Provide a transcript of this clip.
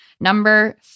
Number